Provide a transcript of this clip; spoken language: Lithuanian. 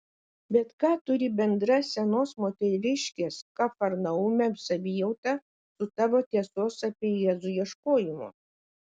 bet ką turi bendra senos moteriškės kafarnaume savijauta su tavo tiesos apie jėzų ieškojimu